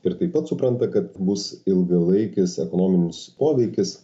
ir taip pat supranta kad bus ilgalaikis ekonominis poveikis